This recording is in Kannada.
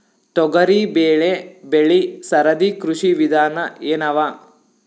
ತೊಗರಿಬೇಳೆ ಬೆಳಿ ಸರದಿ ಕೃಷಿ ವಿಧಾನ ಎನವ?